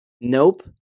Nope